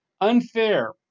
unfair